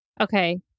Okay